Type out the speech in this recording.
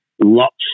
lots